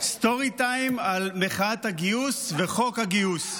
story time על מחאת הגיוס וחוק הגיוס.